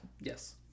Yes